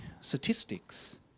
Statistics